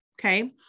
Okay